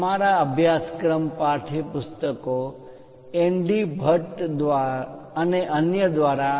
અમારા અભ્યાસક્રમ પાઠયપુસ્તકો એ એન ડી ભટ્ટ અને અન્ય દ્વારા એન્જિનિયરિંગ ડ્રોઈંગ છે